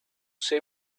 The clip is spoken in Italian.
sei